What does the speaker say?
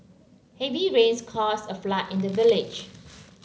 heavy rains caused a flood in the village